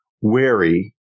wary